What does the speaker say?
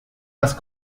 las